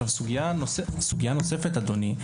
סוגיה נוספת, אדוני,